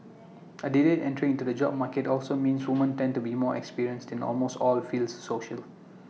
A delayed entry into the job market also means woman tend to be more experienced in almost all fields social